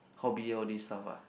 hobby all these stuff ah